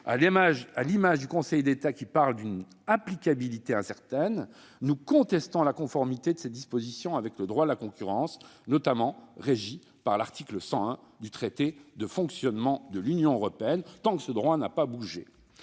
À l'instar du Conseil d'État, qui évoque une « applicabilité incertaine », nous contestons la conformité de cette disposition avec le droit de la concurrence, notamment régi par l'article 101 du traité sur le fonctionnement de l'Union européenne, tant que ce droit n'a pas bougé.